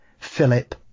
Philip